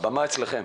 בשמחה.